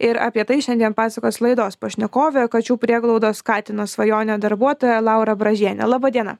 ir apie tai šiandien pasakos laidos pašnekovė kačių prieglaudos katino svajonė darbuotoja laura bražienė laba diena